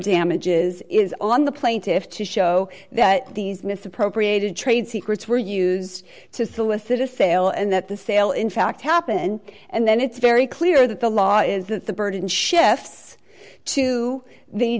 damages is on the plaintiffs to show that these misappropriated trade secrets were used to solicit a sale and that the sale in fact happened and then it's very clear that the law is that the burden shifts to the